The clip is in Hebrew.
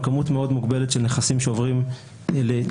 כמות מאוד מוגבלת של נכסים שעוברים לטיפולנו,